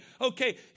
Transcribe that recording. okay